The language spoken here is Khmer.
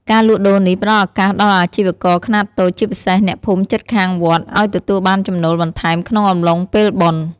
ការលក់ដូរនេះផ្ដល់ឱកាសដល់អាជីវករខ្នាតតូច ជាពិសេសអ្នកភូមិជិតខាងវត្ត ឱ្យទទួលបានចំណូលបន្ថែមក្នុងអំឡុងពេលបុណ្យ។